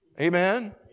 Amen